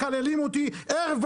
מקללים אותי ערב,